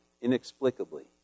inexplicably